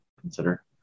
consider